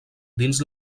dins